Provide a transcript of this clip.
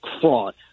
fraud